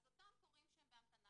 אז אותם אומרים שהם בהמתנה.